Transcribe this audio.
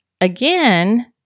Again